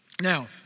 Now